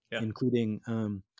including